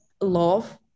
love